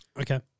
Okay